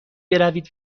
بروید